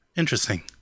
Interesting